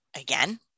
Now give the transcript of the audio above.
again